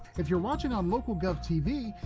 if you're watching on local gov tv,